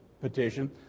petition